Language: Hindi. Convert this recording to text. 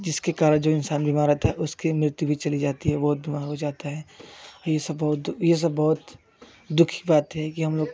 जिसके कारण जो इंसान बीमार रहता है उसकी मृत्यु भी चली जाती है वो आत्मा हो जाता है ये सब बहुत ये सब बहुत दुख की बात है कि हम लोग